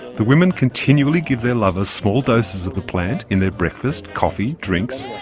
the women continually give their lovers small doses of the plant, in their breakfast, coffee, drinks,